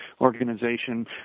Organization